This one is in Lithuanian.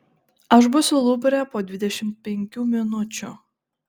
aš būsiu luvre po dvidešimt penkių minučių